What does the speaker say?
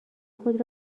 خود